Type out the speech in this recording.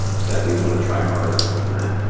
that we want to try harder than that.